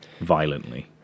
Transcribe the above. violently